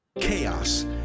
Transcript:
Chaos